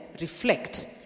reflect